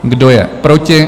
Kdo je proti?